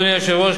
אדוני היושב-ראש,